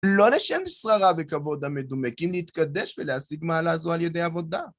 לא לשם שררה וכבוד המדומה כי נתקדש ולהשיג מעלה זו על ידי עבודה.